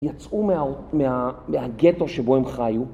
יצאו מהגטו שבו הם חיו.